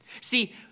See